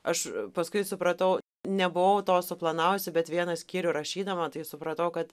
aš paskui supratau nebuvau to suplanavusi bet vieną skyrių rašydama tai supratau kad